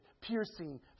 piercing